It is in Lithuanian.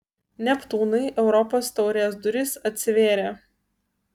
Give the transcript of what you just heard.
neptūnui europos taurės durys atsivėrė